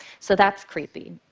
so that's creepy.